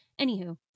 Anywho